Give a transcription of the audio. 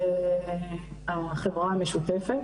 זה החברה המשותפת,